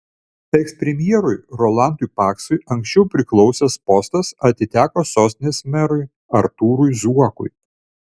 ekspremjerui rolandui paksui anksčiau priklausęs postas atiteko sostinės merui artūrui zuokui